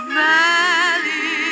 valley